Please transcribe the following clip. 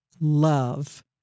love